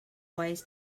ways